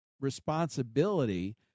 responsibility